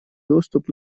доступ